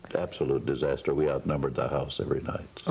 absolute disaster. we outnumbered the house every night.